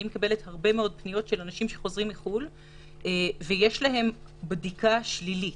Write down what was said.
אני מקבלת הרבה מאוד פניות של אנשים שחוזרים מחו"ל ויש להם בדיקה שלילית